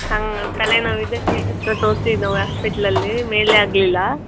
ಹಂಗೆ ತಲೆ ನೋವಿದೆ ತೋರ್ಸಿದ್ದು ನಾವು ಆಸ್ಪೆಟ್ಲಲ್ಲಿ ಮೇಲೆ ಆಗಲಿಲ್ಲ